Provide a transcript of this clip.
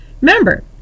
Remember